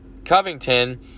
Covington